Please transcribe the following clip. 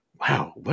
wow